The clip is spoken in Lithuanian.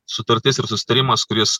sutartis ir susitarimas kuris